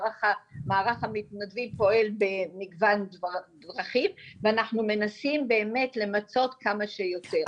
מערך המתנדבים פועל במגוון דרכים ואנחנו מנסים באמת למצות כמה שיותר.